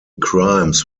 crimes